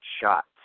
shots